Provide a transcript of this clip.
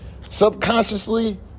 Subconsciously